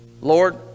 Lord